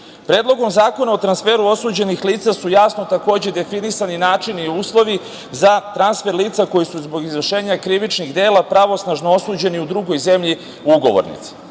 nivo. Predlogom Zakon o transferu osuđenih lica su jasno takođe definisani načini i uslovi za transfer lica koji su zbog izvršenja krivičnih dela pravosnažno osuđeni u drugoj zemlji ugovornici.